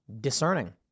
discerning